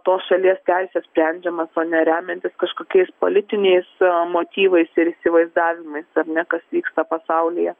tos šalies teisę sprendžiamas o ne remiantis kažkokiais politiniais motyvais ir įsivaizdavimais ar ne kas vyksta pasaulyje